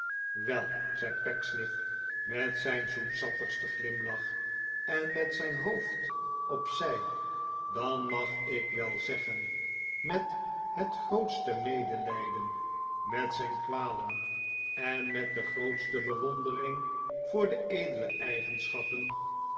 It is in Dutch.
wel zei pecksniff met zijn zoetsappigsten glimlach en met zijn hoofd op zij dan mag ik wel zeggen met het grootste medelijden met zijn kwalen en met de grootste bewondering voor de edele eigenschappen